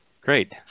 Great